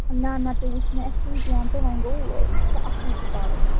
نَہ نَہ تہِ وٕچھ نہٕ اَسہِ کیٚنٛہہ تہٕ وۄنۍ گوٚو چھُ اَصٕل تہِ پَران